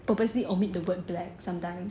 purposely omit the word black